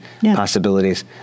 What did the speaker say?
possibilities